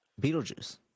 beetlejuice